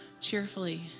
cheerfully